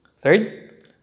Third